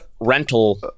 rental